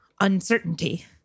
uncertainty